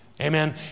Amen